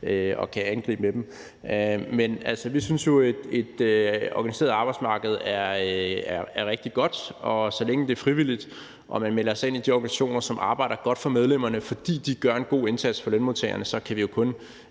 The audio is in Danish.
og kan angribe med dem. Men, altså, vi synes jo, at et organiseret arbejdsmarked er rigtig godt, og så længe det er frivilligt og man melder sig ind i de organisationer, som arbejder godt for medlemmerne, fordi de gør en god indsats for lønmodtagerne, så kan vi jo kun